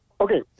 Okay